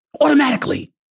Automatically